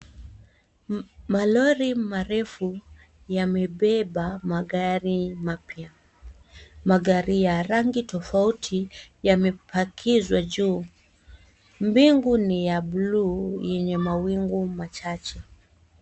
Malori marefu yamebeba magari mapya. Magari ya rangi tofauti yamepakizwa juu. Mbingu ni ya bluu yenye mawingu machache.